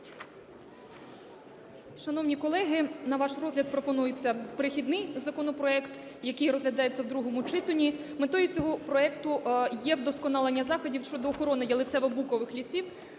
Шановні колеги, на ваш розгляд пропонується перехідний законопроект, який розглядається в другому читанні. Метою цього проекту є вдосконалення заходів щодо охорони ялицево-букових лісів